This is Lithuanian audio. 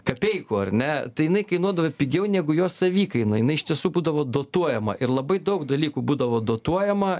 kapeikų ar ne tai jinai kainuodavo pigiau negu jos savikaina jinai iš tiesų būdavo dotuojama ir labai daug dalykų būdavo dotuojama